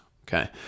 Okay